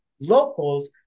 locals